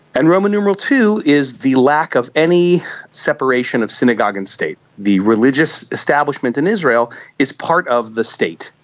and roman numeral two is the lack of any separation of synagogue and state. the religious establishment in israel is part of the state,